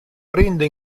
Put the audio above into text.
prende